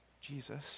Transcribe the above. Jesus